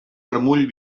remull